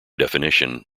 definition